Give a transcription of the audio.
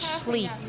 sleep